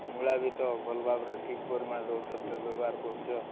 ମୂଳା ବି ତ ଭଲ ଭାବରେ ଠିକ୍ ପରିମାଣରେ ଔଷଧ ବ୍ୟବହାର କରୁଛ